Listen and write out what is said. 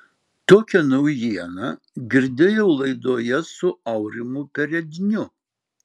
tokią naujieną girdėjau laidoje su aurimu peredniu